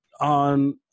on